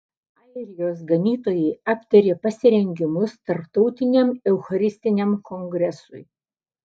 airijos ganytojai aptarė pasirengimus tarptautiniam eucharistiniam kongresui